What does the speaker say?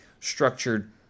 structured